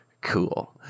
cool